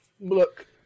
look